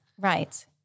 Right